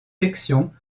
section